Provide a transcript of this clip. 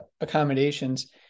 accommodations